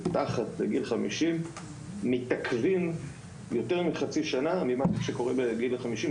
מתחת לגיל 50 מתעכבים יותר מחצי שנה אצל הרופאים,